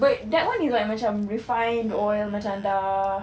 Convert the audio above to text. but that [one] is like macam refine oil macam dah